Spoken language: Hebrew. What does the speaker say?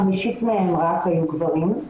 חמישית מהם רק היו גברים,